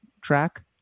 track